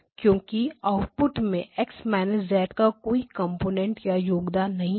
क्योंकि आउटपुट में X का कोई कंपोनेंट या योगदान नहीं है